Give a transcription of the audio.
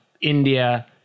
India